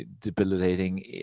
debilitating